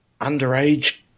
underage